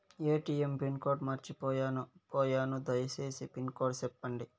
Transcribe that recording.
ATM PIN code మర్చిపోయాను పోయాను దయసేసి పిన్ కోడ్ సెప్పండి?